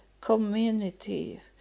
community